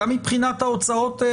גם מבחינת ההוצאות.